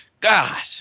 God